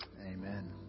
Amen